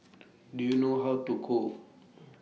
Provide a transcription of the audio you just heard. Do YOU know How to Cook